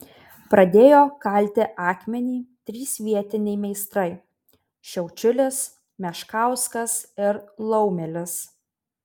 pradėjo kalti akmenį trys vietiniai meistrai šiaučiulis meškauskas ir laumelis